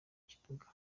kibuga